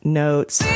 notes